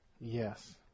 Yes